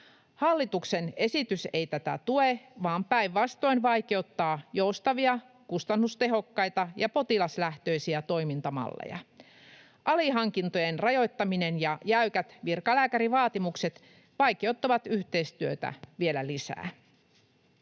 Hallituksen esitys ei tätä tue vaan päinvastoin vaikeuttaa joustavia, kustannustehokkaita ja potilaslähtöisiä toimintamalleja. Alihankintojen rajoittaminen ja jäykät virkalääkärivaatimukset vaikeuttavat yhteistyötä vielä lisää.